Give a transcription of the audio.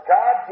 God